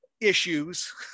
issues